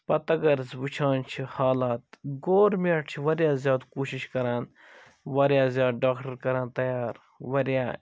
پَتہٕ اگر أسۍ وُچھان چھِ حالات گورمٮ۪ٹھ چھِ واریاہ زیادٕ کوٗشِش کَران واریاہ زیادٕ ڈاکٹر کَران تیار واریاہ